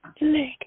leg